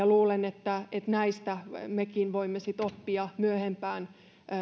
luulen että näistä mekin voimme sitten oppia myöhempään